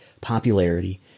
popularity